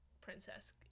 Princess